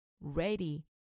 ready